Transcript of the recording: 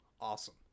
awesome